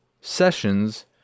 Sessions